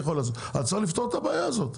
צריך לפתור את הבעיה הזאת.